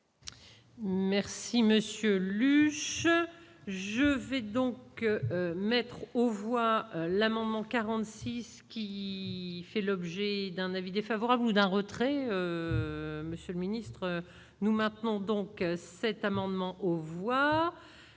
le je, je vais donc mettre aux voix l'amendement 46 qui fait l'objet d'un avis défavorable ou d'un retrait, monsieur le ministre, nous maintenons donc cet amendement aux voix